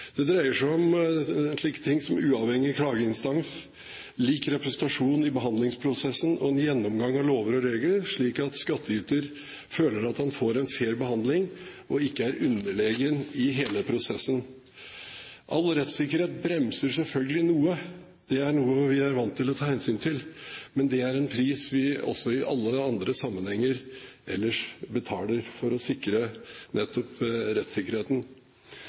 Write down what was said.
Det dreier seg om slike ting som uavhengig klageinstans, lik representasjon i behandlingsprosessen og en gjennomgang av lover og regler, slik at skattyter føler at han får en fair behandling og ikke er underlegen i hele prosessen. All rettssikkerhet bremser selvfølgelig noe – det er noe vi er vant til å ta hensyn til, men det er en pris vi også i alle andre sammenhenger betaler for å sikre nettopp rettssikkerheten.